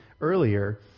earlier